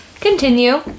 Continue